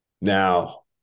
Now